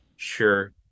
Sure